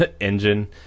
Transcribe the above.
engine